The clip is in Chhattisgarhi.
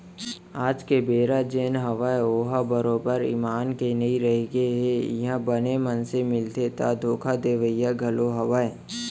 आज के बेरा जेन हवय ओहा बरोबर ईमान के नइ रहिगे हे इहाँ बने मनसे मिलथे ता धोखा देवइया घलोक हवय